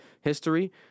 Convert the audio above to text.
history